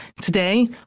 Today